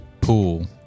Pool